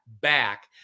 back